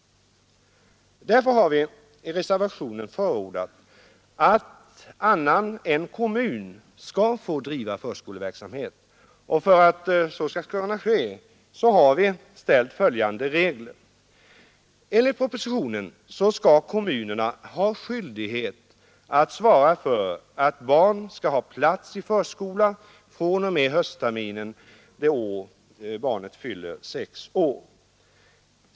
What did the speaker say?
Därför har vi i reservationen förordat att annan än kommun skall få driva förskoleverksamhet, och för att så skall kunna ske uppställer vi följande regler. Enligt propositionen skall kommunerna ha skyldighet att svara för att barn får plats i förskola fr.o.m. höstterminen det år barnet fyllt sex år.